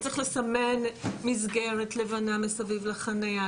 צריך לסמן מסגרת לבנה מסביב לחניה,